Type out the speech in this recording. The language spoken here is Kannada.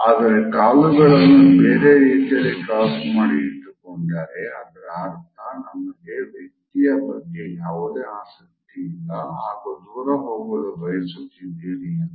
ಆದರೆ ಕಾಲುಗಳನ್ನು ಬೇರೆ ರೀತಿಯಲ್ಲಿ ಕ್ರಾಸ್ ಮಾಡಿ ಇಟ್ಟುಕೊಂಡರೆ ಅದರ ಅರ್ಥ ನಿಮಗೆ ವ್ಯಕ್ತಿಯ ಬಗ್ಗೆ ಯಾವುದೇ ಆಸಕ್ತಿ ಇಲ್ಲ ಹಾಗು ದೂರ ಹೋಗಲು ಬಯಸುತ್ತಿದ್ದೀರಿ ಎಂದು